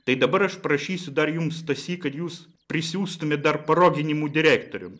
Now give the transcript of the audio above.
tai dabar aš prašysiu dar jums stasy kad jūs prisiųstumėt dar parodinimų direktorium